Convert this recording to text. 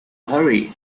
hurry